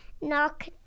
knock